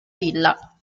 villa